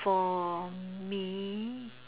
for me